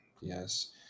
yes